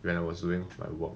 when I was doing my work